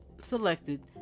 selected